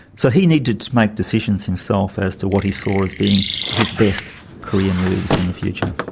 so he needed make decisions himself as to what he saw as being his best career moves in the future.